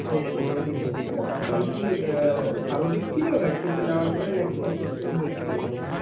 ও পনেরো দিন হয়েছে না তারপরে কি স্বাভাবিক ছিলো ভ্যাকসিনটা নেওয়ার পরে না একটু অসুস্থ হয়েছিলো মাঝে